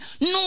No